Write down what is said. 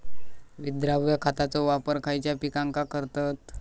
विद्राव्य खताचो वापर खयच्या पिकांका करतत?